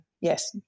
yes